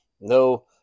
No